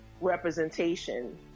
representation